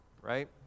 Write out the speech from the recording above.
right